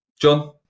John